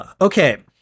okay